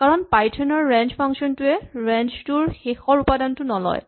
কাৰণ পাইথন ৰ ৰেঞ্জ ফাংচনটোৱে ৰেঞ্জ টোৰ শেষৰ উপাদানটো নলয়